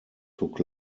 took